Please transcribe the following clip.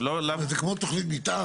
תנסו לעשות את ההתייעצות הזאת גם מולם,